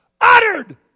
uttered